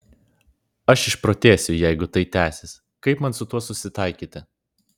aš išprotėsiu jeigu tai tęsis kaip man su tuo susitaikyti